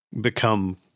become